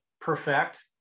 perfect